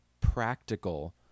practical